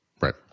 Right